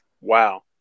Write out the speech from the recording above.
Wow